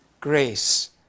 grace